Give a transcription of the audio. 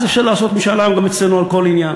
אז אפשר יהיה לעשות משאל עם גם אצלנו על כל עניין.